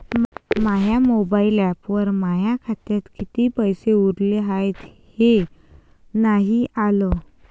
माया mobile ॲपवर माया खात्यात किती पैसे उरले हाय हे नाही आलं